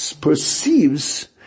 perceives